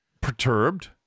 perturbed